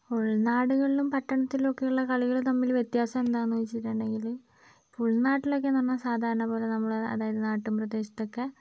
ഉൾനാടുകളിലും പട്ടണത്തിലൊക്കെയുള്ള കളികളിൽ തമ്മിൽ വ്യത്യാസം എന്താണെന്ന് വെച്ചിട്ടുണ്ടെങ്കിൽ ഉൾനാട്ടിലൊക്കെ എന്ന് പറഞ്ഞാൽ നമ്മൾ സാധാരണ പോലെ നമ്മൾ അതായത് നാട്ടിൻ പ്രദേശത്തൊക്കെ